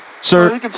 Sir